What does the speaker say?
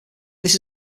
this